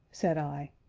said i.